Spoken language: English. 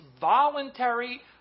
voluntary